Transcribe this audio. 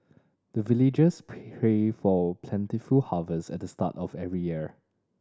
the villagers pray for plentiful harvest at the start of every year